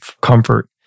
comfort